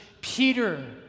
Peter